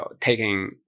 taking